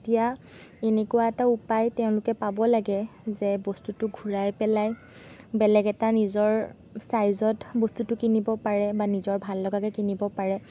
তেতিয়া এনেকুৱা এটা উপায় তেওঁলোকে পাব লাগে যে বস্তুটো ঘুৰাই পেলাই বেলেগ এটা নিজৰ ছাইজত বস্তুটো কিনিব পাৰে বা নিজৰ ভাল লগাকে কিনিব পাৰে